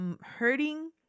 hurting